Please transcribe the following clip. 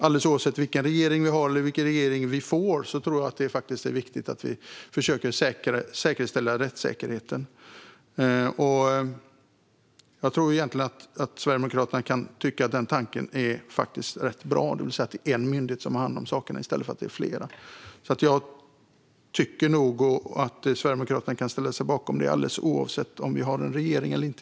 Alldeles oavsett vilken regering vi har eller vilken regering vi får tror jag att det är viktigt att vi försöker att säkerställa rättssäkerheten. Jag tror att Sverigedemokraterna kan tycka att den tanken - att det är en myndighet i stället för flera som har hand om dessa saker - faktiskt är rätt bra. Jag tycker nog att Sverigedemokraterna kan ställa sig bakom detta alldeles oavsett om vi i dag har en regering eller inte.